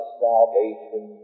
salvation